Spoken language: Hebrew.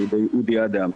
על ידי אודי אדם,